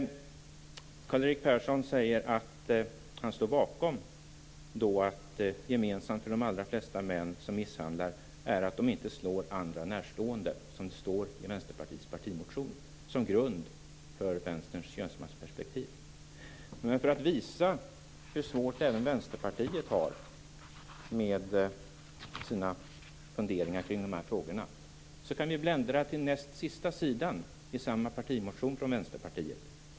Karl-Erik Persson säger att han står bakom detta att det skulle vara gemensamt för de allra flesta män som misshandlar att de inte slår andra närstående - alltså det som står i Vänsterpartiets partimotion som grund för Vänsterns könsmaktsperspektiv. Men för att visa hur svårt även Vänsterpartiet har med sina funderingar kring de här frågorna kan vi bläddra till näst sista sidan i samma partimotion från Vänsterpartiet.